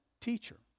teacher